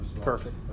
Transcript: Perfect